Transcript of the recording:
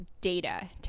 data